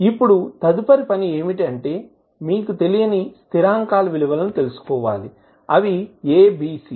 ఇప్పుడు తదుపరి పని ఏమిటంటే మీరు తెలియని స్థిరాంకాల విలువను తెలుసుకోవాలి అవి A B C